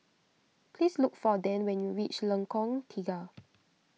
please look for Dann when you reach Lengkong Tiga